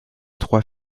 trois